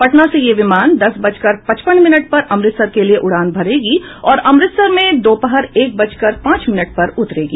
पटना से यह विमान दस बजकर पचपन मिनट पर अमृतसर के लिये उड़ान भरेगी और अमृतसर में दोपहर एक बजकर पांच मिनट पर उतरेगी